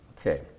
Okay